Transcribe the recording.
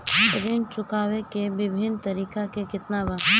ऋण चुकावे के विभिन्न तरीका केतना बा?